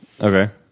Okay